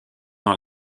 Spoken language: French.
dans